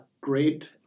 great